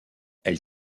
elle